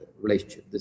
relationship